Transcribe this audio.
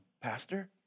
Pastor